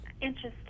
Interesting